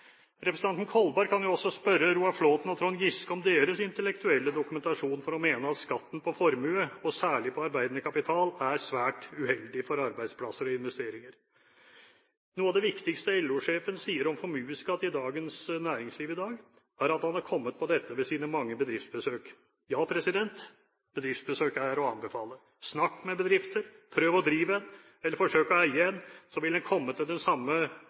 Representanten Kolberg kan jo også spørre Roar Flåthen og Trond Giske om deres intellektuelle dokumentasjon for å mene at skatten på formue, og særlig på arbeidende kapital, er svært uheldig for arbeidsplasser og investeringer. Noe av det viktigste LO-sjefen sier om formuesskatt i Dagens Næringsliv i dag, er at han har kommet på dette ved sine mange bedriftsbesøk. Ja, bedriftsbesøk er å anbefale. Snakk med bedrifter, prøv å drive en eller forsøk å eie en, så vil en komme til den samme